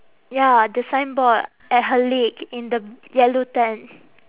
ya the signboard at her leg in the yellow tent